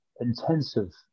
intensive